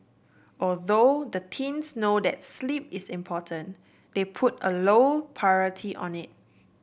although the teens know that sleep is important they put a low priority on it